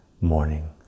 morning